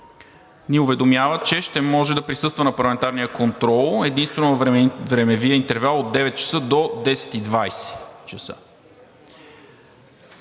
ни уведомява, че ще може да присъства на парламентарния контрол единствено във времевия интервал от 9,00 ч. до 10,20 ч.